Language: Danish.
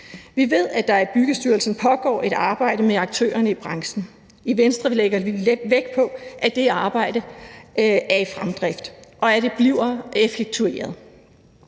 Vi ved, at der i Bolig- og Planstyrelsen pågår et arbejde med aktørerne i branchen. I Venstre lægger vi vægt på, at det arbejde er i fremdrift, at det bliver effektueret,